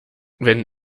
wenn